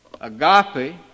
agape